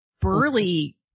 burly